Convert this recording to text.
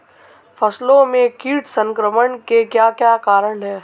फसलों में कीट संक्रमण के क्या क्या कारण है?